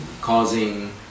causing